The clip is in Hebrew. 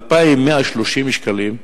2,130 שקלים,